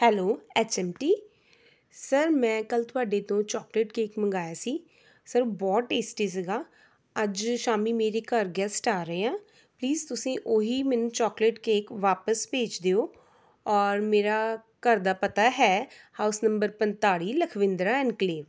hello H M T sir ਮੈਂ ਕੱਲ੍ਹ ਤੁਹਾਡੇ ਤੋਂ ਚੋਕਲੇਟ ਕੇਕ ਮੰਗਾਇਆ ਸੀ ਸਰ ਉਹ ਬਹੁਤ ਟੇਸਟੀ ਸੀਗਾ ਅੱਜ ਸ਼ਾਮੀ ਮੇਰੇ ਘਰ ਗੈਸਟ ਆ ਰਹੇ ਆ ਪਲੀਜ਼ ਤੁਸੀਂ ਉਹੀ ਮੈਨੂੰ ਚੋਕਲੇਟ ਕੇਕ ਵਾਪਸ ਭੇਜ ਦਿਉ ਔਰ ਮੇਰਾ ਘਰ ਦਾ ਪਤਾ ਹੈ ਹਾਊਸ ਨੰਬਰ ਪੰਤਾਲੀ ਲਖਵਿੰਦਰਾ ਇੰਨਕਲੈਵ